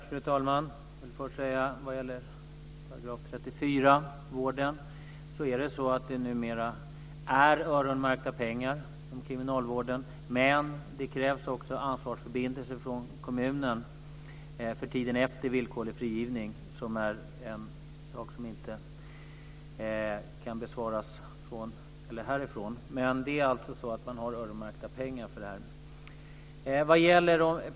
Fru talman! Vad gäller § 34-vården finns det numera öronmärkta pengar inom kriminalvården, men det krävs också ansvarsförbindelser från kommunen för tiden efter villkorlig frigivning. Det är något som inte kan klaras från vårt håll. Det finns dock öronmärkta pengar för detta.